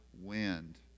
wind